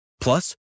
Plus